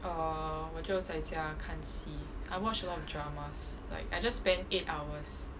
err 我就在家看戏 I watch a lot of dramas like I just spent eight hours